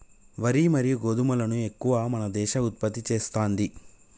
వరి మరియు గోధుమలను ఎక్కువ మన దేశం ఉత్పత్తి చేస్తాంది